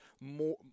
more